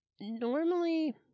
normally